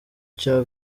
cya